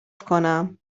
کنم